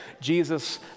Jesus